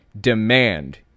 demand